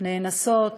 נאנסות,